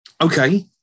Okay